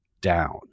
down